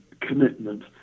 commitment